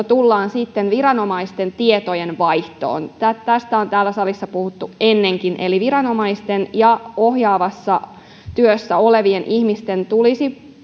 tullaan sitten viranomaisten tietojenvaihtoon tästä on täällä salissa puhuttu ennenkin eli viranomaisten ja ohjaavassa työssä olevien ihmisten tulisi